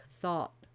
thought